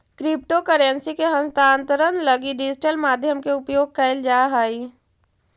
crypto currency के हस्तांतरण लगी डिजिटल माध्यम के उपयोग कैल जा हइ